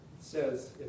says